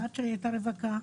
הבת שלי הייתה רווקה.